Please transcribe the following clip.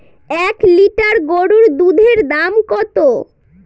এক লিটার গরুর দুধের দাম কত?